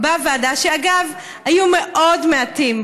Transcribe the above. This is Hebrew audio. בוועדה, שאגב, היו מאוד מעטים.